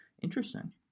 Interesting